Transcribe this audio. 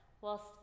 whilst